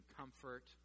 comfort